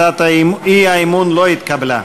הצעת האי-אמון לא התקבלה.